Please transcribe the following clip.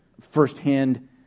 firsthand